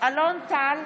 אלון טל,